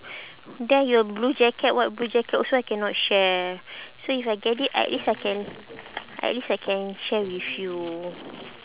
then your blue jacket what blue jacket also I cannot share so if I get it at least I can at least I can share with you